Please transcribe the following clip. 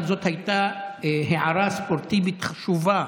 זאת הייתה הערה ספורטיבית חשובה,